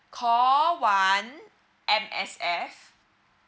call one M_S_F